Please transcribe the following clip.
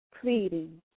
pleading